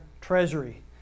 treasury